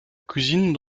cuisine